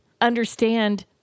understand